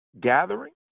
gathering